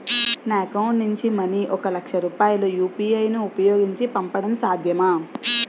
నా అకౌంట్ నుంచి మనీ ఒక లక్ష రూపాయలు యు.పి.ఐ ను ఉపయోగించి పంపడం సాధ్యమా?